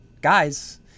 guys